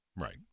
Right